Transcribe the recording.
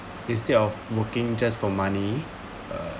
instead of working just for money uh